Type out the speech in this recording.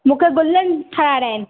मुखे गुलनि ठाहिराइन